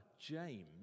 James